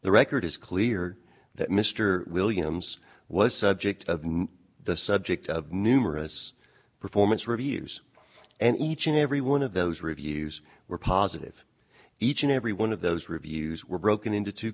the record is clear that mr williams was subject of the subject of numerous performance reviews and each and every one of those reviews were positive each and every one of those reviews were broken into two